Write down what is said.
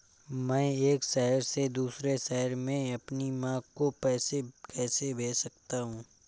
मैं एक शहर से दूसरे शहर में अपनी माँ को पैसे कैसे भेज सकता हूँ?